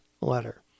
letter